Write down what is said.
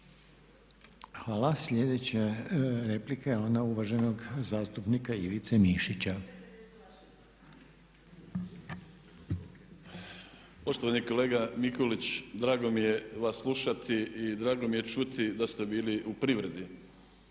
Hvala. Sljedeća replika je ona uvaženog zastupnika Ivice Mišića. **Mišić, Ivica (MOST)** Poštovani kolega Mikulić, drago mi je vas slušati i drago mi je čuti da ste bili u privredi,